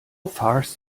fast